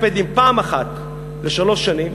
אייפדים פעם אחת בשלוש שנים.